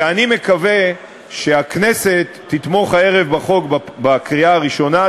ואני מקווה שהכנסת תתמוך הערב בחוק בקריאה הראשונה,